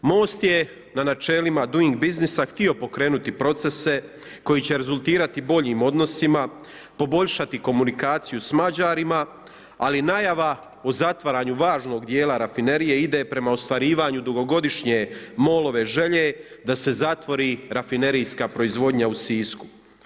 MOST je na načelima Doing Businessa htio pokrenuti procese koji će rezultirati boljim odnosima, poboljšati komunikaciju sa Mađarima li najava o zatvaranju važnog djela rafinerije ide prema ostvarivanju dugogodišnje MOL-ove želje da se zatvori rafinerijska proizvodnja u Sisku.